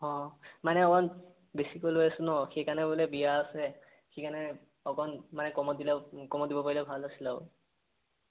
অঁ মানে অকমান বেছিকৈ লৈ আছোঁ ন সেইকাৰণে বোলে বিয়া আছে সেইকাৰণে অকণ মানে কমত দিলে কমত দিব পাৰিলে ভাল আছিল আৰু